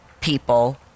people